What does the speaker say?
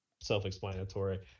self-explanatory